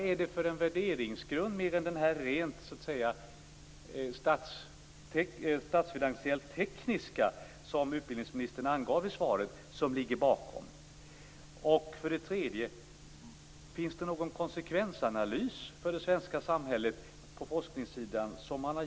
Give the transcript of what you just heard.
Vilken värderingsgrund, utöver den rent statsfinansiellt tekniska som utbildningsministern angav i svaret, ligger bakom? Har man på departementet gjort någon konsekvensanalys för det svenska samhället på forskningssidan?